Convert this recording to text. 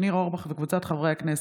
ניר אורבך וקבוצת חברי הכנסת,